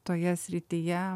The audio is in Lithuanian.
toje srityje